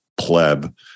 pleb